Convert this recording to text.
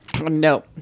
no